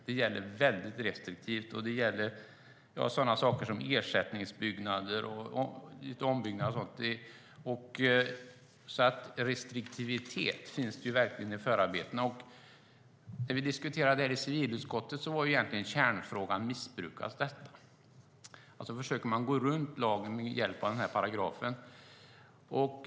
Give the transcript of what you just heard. Det gäller mycket restriktivt, och det gäller saker som ersättningsbyggnader, ombyggnader och sådant. Det finns verkligen restriktivitet i förarbetena. När vi diskuterade det i civilutskottet var egentligen kärnfrågan: Missbrukas detta? Försöker man att gå runt lagen med hjälp av paragrafen?